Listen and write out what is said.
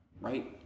right